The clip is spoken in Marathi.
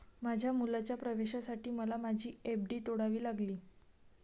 माझ्या मुलाच्या प्रवेशासाठी मला माझी एफ.डी तोडावी लागली